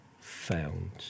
found